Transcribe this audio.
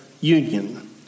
union